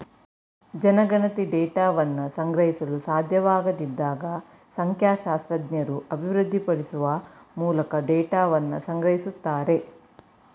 ಜನಗಣತಿ ಡೇಟಾವನ್ನ ಸಂಗ್ರಹಿಸಲು ಸಾಧ್ಯವಾಗದಿದ್ದಾಗ ಸಂಖ್ಯಾಶಾಸ್ತ್ರಜ್ಞರು ಅಭಿವೃದ್ಧಿಪಡಿಸುವ ಮೂಲಕ ಡೇಟಾವನ್ನ ಸಂಗ್ರಹಿಸುತ್ತಾರೆ